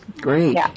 great